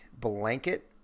blanket